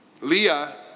Leah